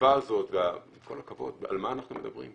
הדחיפה הזאת, ועם כל הכבוד, על מה אנחנו מדברים?